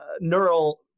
neural